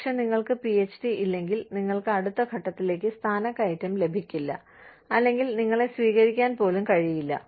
പക്ഷേ നിങ്ങൾക്ക് പിഎച്ച്ഡി ഇല്ലെങ്കിൽ നിങ്ങൾക്ക് അടുത്ത ഘട്ടത്തിലേക്ക് സ്ഥാനക്കയറ്റം ലഭിക്കില്ല അല്ലെങ്കിൽ നിങ്ങളെ സ്വീകരിക്കാൻ പോലും കഴിയില്ല